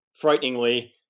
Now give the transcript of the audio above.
frighteningly